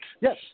Yes